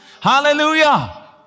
Hallelujah